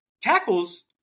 tackles